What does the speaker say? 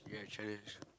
yeah challenge